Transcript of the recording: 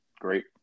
great